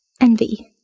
envy